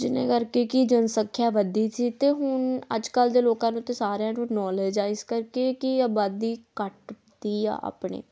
ਜਿਹਦੇ ਕਰਕੇ ਕਿ ਜਨਸੰਖਿਆ ਵਧੀ ਸੀ ਅਤੇ ਹੁਣ ਅੱਜ ਕੱਲ੍ਹ ਦੇ ਲੋਕਾਂ ਨੂੰ ਤਾਂ ਸਾਰਿਆਂ ਨੂੰ ਨੋਲੇਜ ਆ ਇਸ ਕਰਕੇ ਕਿ ਆਬਾਦੀ ਘੱਟਦੀ ਆ ਆਪਣੇ